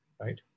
right